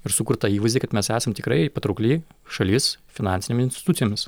ir sukurt tą įvaizdį kad mes esam tikrai patraukli šalis finansinėm institucijoms